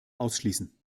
ausschließen